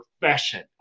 profession